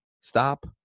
stop